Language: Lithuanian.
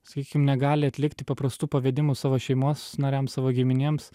sakykim negali atlikti paprastų pavedimų savo šeimos nariams savo giminėms